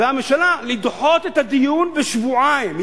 והממשלה, לדחות את הדיון בשבועיים.